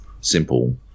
simple